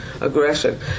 aggression